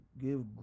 give